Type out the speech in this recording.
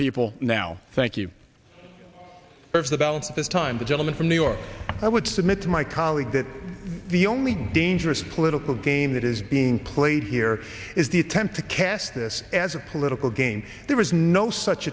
people now thank you if the bell this time the gentleman from new york i would submit to my colleague that the only dangerous political game that is being played here is the attempt to cast this as a political game there is no such